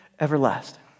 everlasting